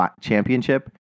championship